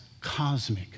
cosmic